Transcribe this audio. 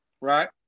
right